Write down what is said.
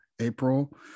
april